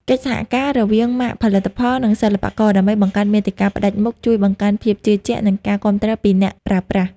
កិច្ចសហការរវាងម៉ាកផលិតផល និងសិល្បករ ដើម្បីបង្កើតមាតិកាផ្តាច់មុខ ជួយបង្កើនភាពជឿជាក់ និងការគាំទ្រពីអ្នកប្រើប្រាស់។